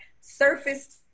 surfaced